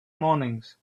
mornings